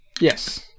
yes